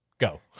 Go